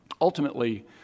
Ultimately